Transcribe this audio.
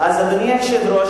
אדוני היושב-ראש,